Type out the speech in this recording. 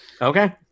okay